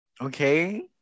okay